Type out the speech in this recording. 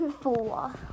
four